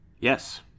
Yes